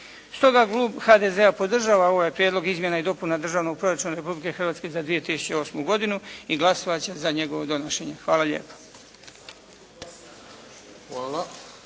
Stoga klub HDZ-a podržava ovaj prijedlog Izmjena i dopuna Državnog proračuna Republike Hrvatske za 2008. godinu i glasovat će za njegovo donošenje. Hvala lijepo.